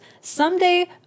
someday